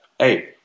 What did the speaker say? Hey